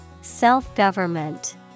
Self-government